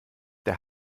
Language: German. der